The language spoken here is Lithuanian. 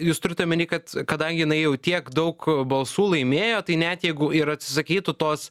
jūs turit omeny kad kadangi jinai jau tiek daug balsų laimėjo tai net jeigu ir atsisakytų tos